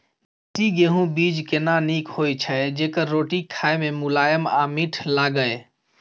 देसी गेहूँ बीज केना नीक होय छै जेकर रोटी खाय मे मुलायम आ मीठ लागय?